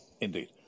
Indeed